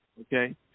okay